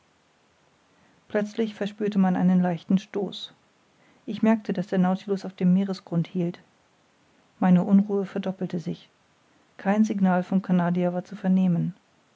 plötzlich verspürte man einen leichten stoß ich merkte daß der nautilus auf dem meeresgrund hielt meine unruhe verdoppelte sich kein signal vom canadier war zu vernehmen